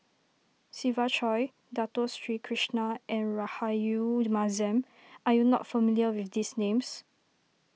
Siva Choy Dato Sri Krishna and Rahayu Mahzam are you not familiar with these names